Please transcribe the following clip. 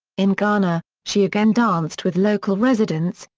in ghana, she again danced with local residents,